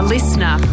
Listener